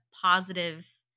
positive